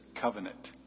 covenant